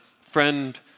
friend